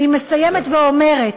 אני מסיימת ואומרת,